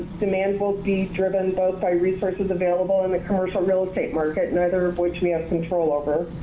demand will be driven both by resources available in the commercial real estate market, neither of which we have control over.